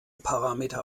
parameter